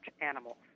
animals